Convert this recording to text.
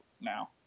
now